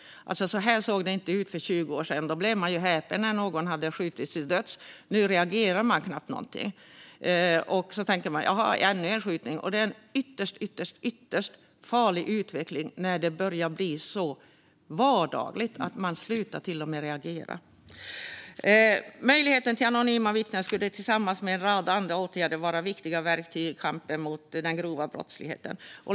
Så här såg det inte ut för 20 år sedan. Då blev man häpen när någon hade skjutits till döds. Nu reagerar man knappt. Man tänker: Jaha, ännu en skjutning. Det är en ytterst farlig utveckling när det börjar bli så vardagligt att man till och med slutar reagera. Möjligheten till anonyma vittnen skulle tillsammans med en rad andra åtgärder vara ett viktigt verktyg i kampen mot den grova brottsligheten.